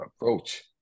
approach